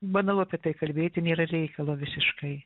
banalu apie tai kalbėti nėra reikalo visiškai